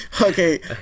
okay